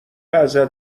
ازت